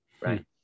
right